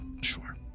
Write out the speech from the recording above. Sure